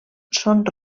són